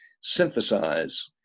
synthesize